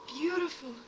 beautiful